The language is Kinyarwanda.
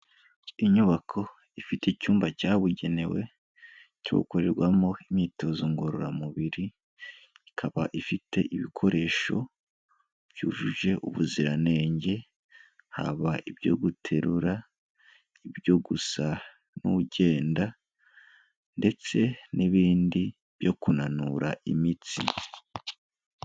Inyubako ifite icyumba cyabugenewe cyokorerwamo imyitozo ngororamubiri, ikaba ifite ibikoresho byujuje ubuziranenge, haba ibyo guterura, ibyo gusa n'ugenda ndetse n'ibindi byo kunanura imitsi.